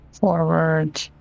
forward